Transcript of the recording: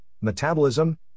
metabolism